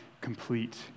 complete